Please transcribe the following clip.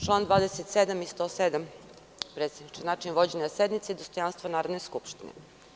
Povređeni su član 27. i 107. predsedniče, način vođenja sednice i dostojanstvo Narodne skupštine.